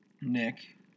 Nick